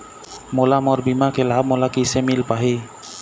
मोला मोर बीमा के लाभ मोला किसे मिल पाही?